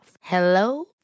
Hello